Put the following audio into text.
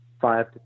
five